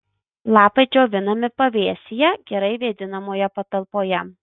lapai džiovinami pavėsyje gerai vėdinamoje patalpoje